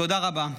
תודה רבה.